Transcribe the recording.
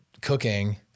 cooking